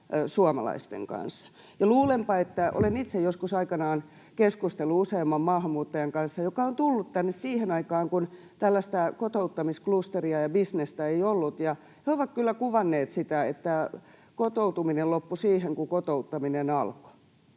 suomalaisten kanssa. Olen itse joskus aikanaan keskustellut useamman maahanmuuttajan kanssa, jotka ovat tulleet tänne siihen aikaan, kun tällaista kotouttamisklusteria ja ‑bisnestä ei ollut, ja he ovat kyllä kuvanneet sitä, että kotoutuminen loppui siihen, kun kotouttaminen alkoi,